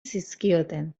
zizkioten